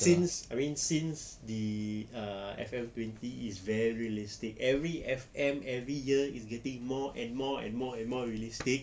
since I mean since the ah F_M twenty is very realistic every F_M every year is getting more and more and more and more realistic